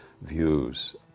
views